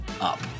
Up